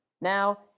Now